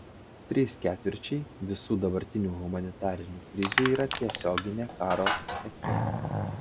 trys ketvirčiai visų dabartinių humanitarinių krizių yra tiesioginė karo pasekmė